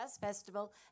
Festival